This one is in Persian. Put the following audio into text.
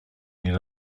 این